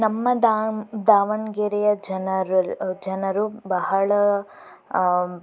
ನಮ್ಮ ದಾವ್ ದಾವಣಗೆರೆಯ ಜನರಲ್ಲಿ ಜನರು ಬಹಳ